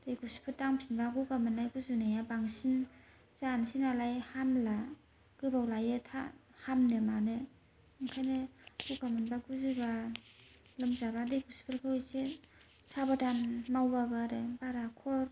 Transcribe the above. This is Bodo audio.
दै गुसुफोर दांफिनबा गगा मोननाय गुजुनाया बांसिन जानोसै नालाय हामला गोबाव लायो थाब हामनो मानो ओंखायनो गगा मोनबा गुजुबा लोमजाबा दै गुसुफोरखौ एसे साबदान मावबाबो आरो बारा खर